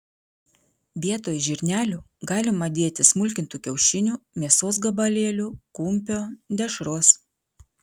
vietoj žirnelių galima dėti smulkintų kiaušinių mėsos gabalėlių kumpio dešros